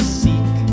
seek